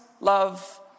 love